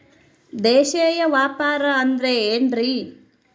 ದೇಶೇಯ ವ್ಯಾಪಾರ ಅಂದ್ರೆ ಏನ್ರಿ?